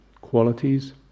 qualities